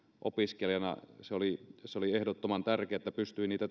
opiskelijana se oli se oli ehdottoman tärkeää että pystyi niitä